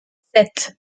sept